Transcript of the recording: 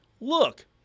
look